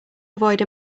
avoid